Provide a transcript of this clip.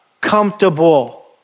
Comfortable